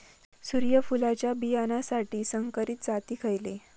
सूर्यफुलाच्या बियानासाठी संकरित जाती खयले?